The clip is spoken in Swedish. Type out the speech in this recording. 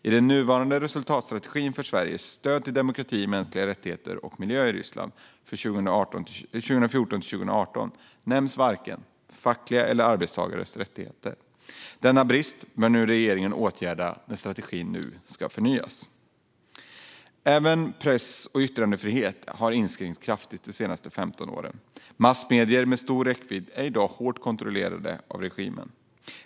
I den nuvarande resultatstrategin för Sveriges stöd till demokrati, mänskliga rättigheter och miljö i Ryssland 2014-2018 nämns varken fackliga rättigheter eller arbetstagares rättigheter. Denna brist bör regeringen åtgärda när strategin nu ska förnyas. Även press och yttrandefriheten har inskränkts kraftigt de senaste 15 åren. Massmedier med stor räckvidd är i dag hårt kontrollerade av regimen.